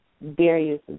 various